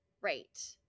right